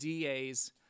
DAs